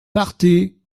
partez